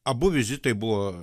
abu vizitai buvo